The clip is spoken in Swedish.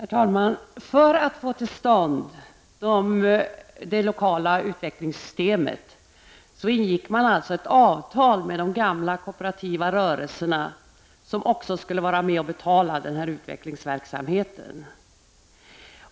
Herr talman! För att kunna få till stånd de lokala utvecklingssystemen ingick man således ett avtal med de gamla kooperativa rörelserna, som också skulle vara med och betala den här utvecklingsverksamheten.